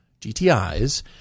GTIs